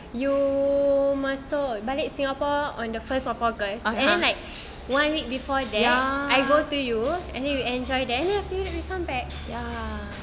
you masuk balik singapore on the first of august and then like one week before that I go to you and then you enjoy there lah till we come back